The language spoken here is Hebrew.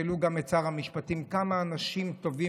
תשאלו גם את שר המשפטים כמה אנשים טובים